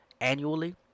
annually